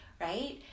right